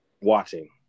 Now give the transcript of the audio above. watching